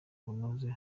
bunoze